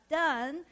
done